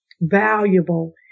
valuable